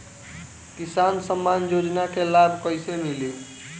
किसान सम्मान योजना के लाभ कैसे मिली?